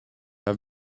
are